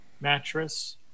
mattress